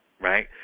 right